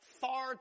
far